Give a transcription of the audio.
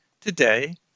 today